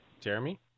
Jeremy